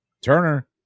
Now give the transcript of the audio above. Turner